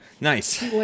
nice